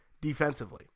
defensively